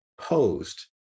posed